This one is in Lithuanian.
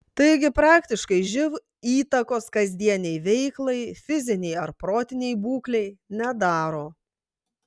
taigi praktiškai živ įtakos kasdienei veiklai fizinei ar protinei būklei nedaro